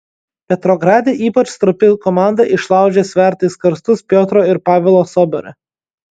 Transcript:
petrograde ypač stropi komanda išlaužė svertais karstus piotro ir pavelo sobore